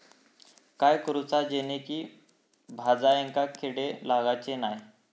काय करूचा जेणेकी भाजायेंका किडे लागाचे नाय?